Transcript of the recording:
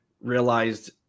realized